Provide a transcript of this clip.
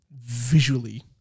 visually